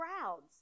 crowds